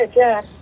yeah